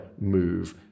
move